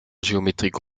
géométriques